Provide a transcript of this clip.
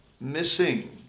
missing